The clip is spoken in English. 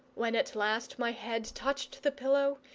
when at last my head touched the pillow,